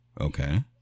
Okay